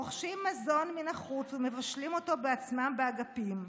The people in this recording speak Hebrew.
רוכשים מזון מן החוץ ומבשלים אותו בעצמם באגפים,